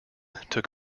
took